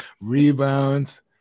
rebounds